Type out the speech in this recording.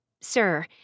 sir